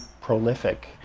prolific